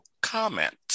comment